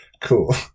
Cool